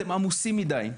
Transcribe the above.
אתם עמוסים מדי.